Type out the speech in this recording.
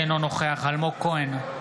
אינו נוכח אלמוג כהן,